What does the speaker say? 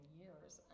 years